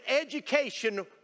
education